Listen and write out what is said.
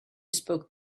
spoke